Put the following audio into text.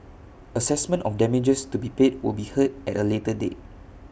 Assessment of damages to be paid will be heard at A later date